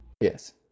Yes